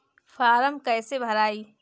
Form कईसे भराई?